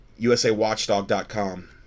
USAWatchdog.com